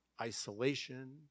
isolation